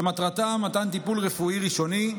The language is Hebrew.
שמטרתה מתן טיפול רפואי ראשוני,